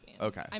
Okay